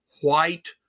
white